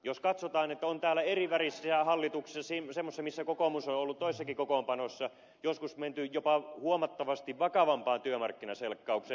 jos katsotaan että on täällä ollut erivärisiä hallituksia semmoisia missä kokoomus on ollut toisissakin kokoonpanoissa niin joskus on menty jopa huomattavasti vakavampaan työmarkkinaselkkaukseen